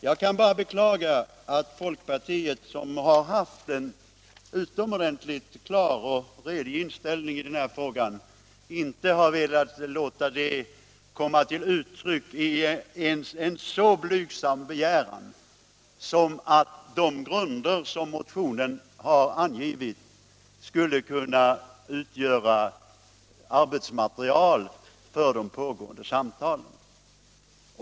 Jag kan bara beklaga att folkpartiet, som har haft en utomordentligt klar och redig inställning i den här frågan, inte har velat låta den komma till uttryck i ens en så blygsam begäran som att de grunder som motionen har angivit skulle kunna utgöra arbetsmaterial för de pågående samtalen.